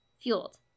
fueled